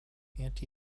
anti